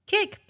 Kick